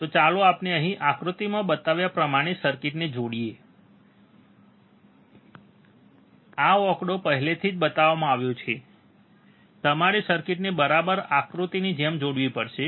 તો ચાલો આપણે અહીં આકૃતિમાં બતાવ્યા પ્રમાણે સર્કિટને જોડીએ આ આંકડો પહેલાથી જ બતાવવામાં આવ્યો છે તમારે સર્કિટને બરાબર આકૃતિની જેમ જોડવી પડશે